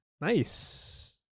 nice